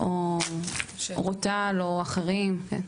או אורטל, או אחרים.